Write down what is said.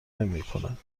نمیکند